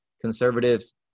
Conservatives